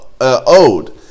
owed